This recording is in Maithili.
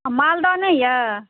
आ मालदह नहि यऽ